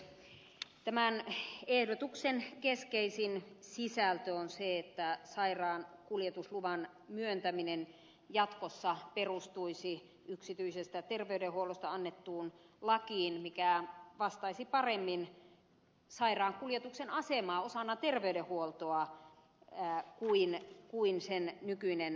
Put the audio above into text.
tämän ehdotuksen keskeisin sisältö on se että sairaankuljetusluvan myöntäminen jatkossa perustuisi yksityisestä terveydenhuollosta annettuun lakiin mikä vastaisi paremmin sairaankuljetuksen asemaa osana terveydenhuoltoa kuin nykyinen lupakäytäntö